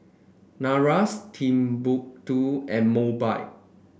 NARS Timbuk two and Mobike